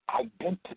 identity